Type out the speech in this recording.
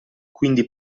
quindi